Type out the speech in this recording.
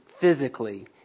physically